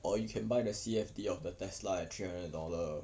or you can buy the C_F_T of the Tesla at three hundred dollar